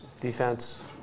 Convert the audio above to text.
Defense